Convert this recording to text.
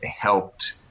helped